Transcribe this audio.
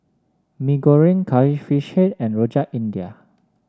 Mee Goreng Curry Fish Head and Rojak India